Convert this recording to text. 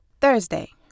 Thursday